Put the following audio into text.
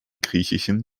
griechischen